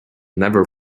never